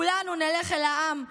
כולנו נלך אל העם שוב,